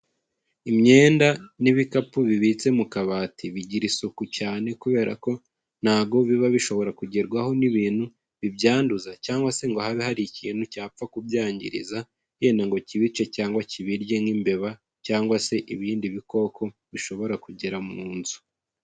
Imyenda n'ibikapu bibitse mu kabati bigira isuku cyane, kubera ko ntago biba bishobora kugerwaho n'ibintu bibyanduza cyangwa se ngo habe hari ikintu cyapfa kubyangiriza, yenda ngo kibice cyangwa kibirye nk'imbeba cyangwa se ibindi bikoko bishobora kugera mu nzu.